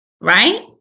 Right